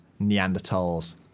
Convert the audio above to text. Neanderthals